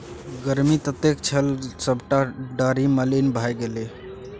गर्मी ततेक छल जे सभटा डारि मलिन भए गेलै